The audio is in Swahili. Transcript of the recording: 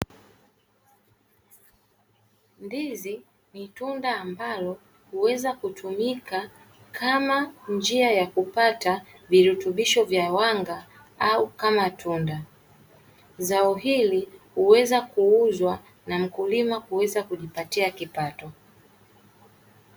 Ndizi ni tunda ambalo huweza kutumika kama njia ya kupata virutubisho vya wanga au kama tunda. Zao hili huweza kuuzwa na mkulima kuweza kujipatia kipato.